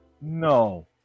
No